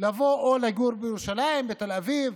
לבוא או לגור בירושלים או בתל אביב.